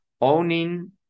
Owning